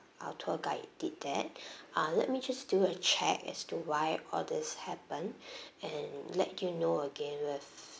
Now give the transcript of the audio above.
our tour guide did that ah let me just do a check as to why all these happen and let you know again with